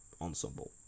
ensemble